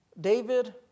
David